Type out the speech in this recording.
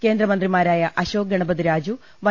കേന്ദ്രമന്ത്രിമാരായ Ashok Gajapathi Raju Y